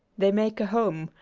they make a home,